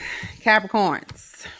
Capricorns